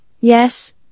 yes